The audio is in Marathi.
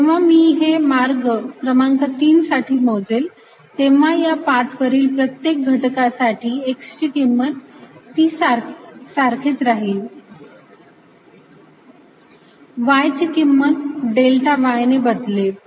जेव्हा मी हे मार्ग क्रमांक तीन साठी मोजेल तेव्हा या पाथ वरील प्रत्येक घटकासाठी x ची किंमत ही सारखीच राहील y ची किंमत डेल्टा y ने बदलेल